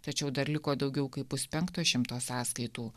tačiau dar liko daugiau kaip puspenkto šimto sąskaitų